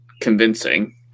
convincing